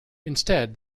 instead